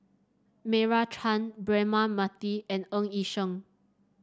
Meira Chand Braema Mathi and Ng Yi Sheng